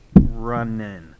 running